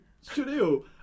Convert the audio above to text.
studio